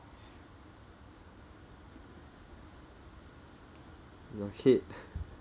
your head